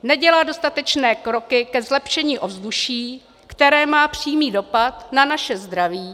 Nedělá dostatečné kroky ke zlepšení ovzduší, které má přímý dopad na naše zdraví.